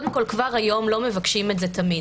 קודם כול, כבר היום לא מבקשים את זה תמיד.